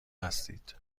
هستید